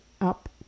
up